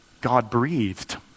God-breathed